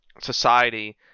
society